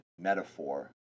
metaphor